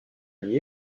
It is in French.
lui